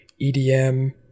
EDM